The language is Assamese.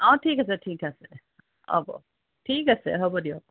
অ' ঠিক আছে ঠিক আছে হ'ব ঠিক আছে হ'ব দিয়ক